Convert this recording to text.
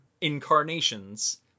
incarnations